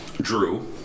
Drew